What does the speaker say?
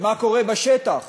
ומה קורה בשטח?